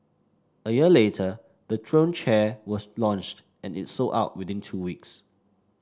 a year later the throne chair was launched and it sold out within two weeks